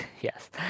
Yes